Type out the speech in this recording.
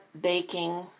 baking